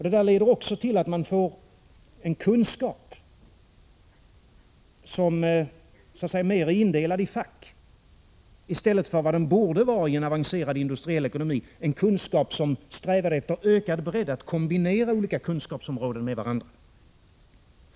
Detta leder också till att man får en kunskap som är mera indelad i fack, i stället för att vara vad den borde i en avancerad industriell ekonomi: en kunskap som strävar efter ökad bredd att kombinera olika kunskapsområden med varandra.